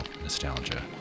nostalgia